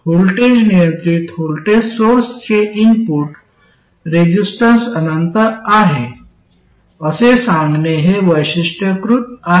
voltage नियंत्रित voltage सोर्सचे input resistance अनंत आहे असे सांगणे हे वैशिष्ट्यीकृत आहे